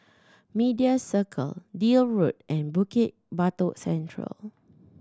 Media Circle Deal Road and Bukit Batok Central